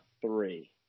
three